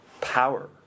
power